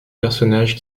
personnage